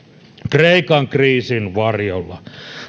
kreikan kriisin varjolla